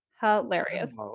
Hilarious